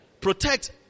Protect